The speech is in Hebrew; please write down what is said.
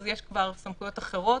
יש כבר סמכויות אחרות,